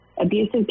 Abusive